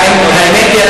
האמת היא,